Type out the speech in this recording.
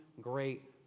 great